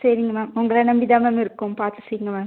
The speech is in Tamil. சரிங்க மேம் உங்களை நம்பி தான் மேம் இருக்கோம் பார்த்து செய்யுங்க மேம்